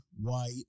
white